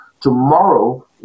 tomorrow